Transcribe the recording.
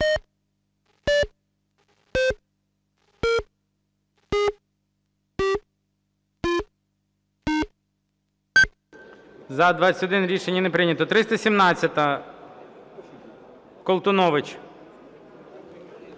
За-21 Рішення не прийнято. 317-а, Колтунович.